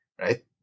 right